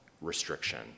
restriction